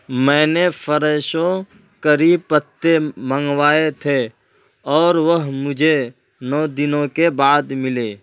میں نے فریشو کری پتے منگوائے تھے اور وہ مجھے نو دنوں کے بعد ملے